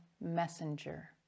Messenger